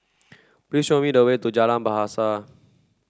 please show me the way to Jalan Bahasa